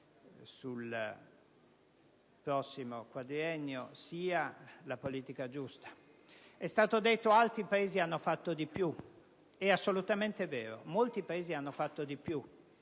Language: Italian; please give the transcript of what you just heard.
sul prossimo quadriennio, sia la politica giusta. È stato detto che altri Paesi hanno fatto di più. È assolutamente vero: molti Paesi hanno fatto di più,